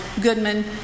Goodman